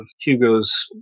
Hugo's